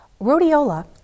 Rhodiola